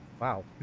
wow